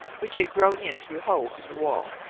which had grown in through holes in the wall.